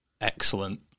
excellent